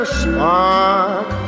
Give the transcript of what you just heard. spark